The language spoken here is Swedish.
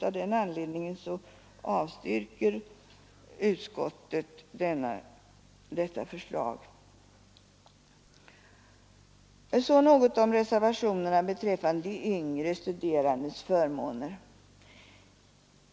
Av den anledningen avstyrker utskottet detta förslag. Så något om reservationerna beträffande de yngre studerandes förmåner.